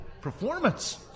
performance